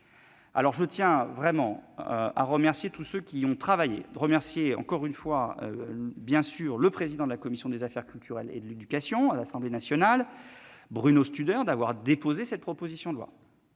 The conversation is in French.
droit. Je tiens à remercier tous ceux qui ont travaillé à ce texte. Je remercie en particulier le président de la commission des affaires culturelles et de l'éducation de l'Assemblée nationale, Bruno Studer, d'avoir déposé cette proposition de loi,